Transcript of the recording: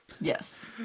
Yes